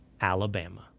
Alabama